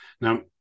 Now